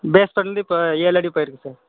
base வந்து இப்போ ஏழடி போயிருக்கு சார்